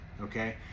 okay